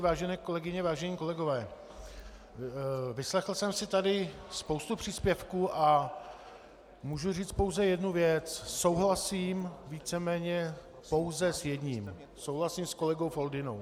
Vážené kolegyně, vážení kolegové, vyslechl jsem si tady spoustu příspěvků a můžu říct pouze jednu věc souhlasím víceméně pouze s jedním, souhlasím s kolegou Foldynou.